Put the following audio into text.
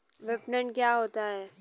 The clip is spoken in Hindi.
विपणन क्या होता है?